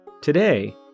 Today